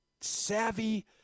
savvy